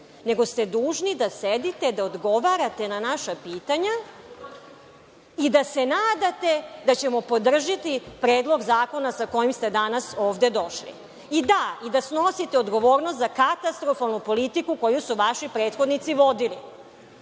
nego ste dužni da sedite, da odgovarate na naša pitanja i da se nadate da ćemo podržati Predlog zakona sa kojim ste danas ovde došli i da snosite odgovornost za katastrofalnu politiku koju su vaši prethodnici vodili. Molim